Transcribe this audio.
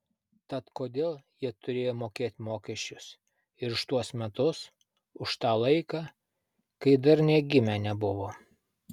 tad kodėl jie turėjo mokėt mokesčius ir už tuos metus už tą laiką kai dar nė gimę nebuvo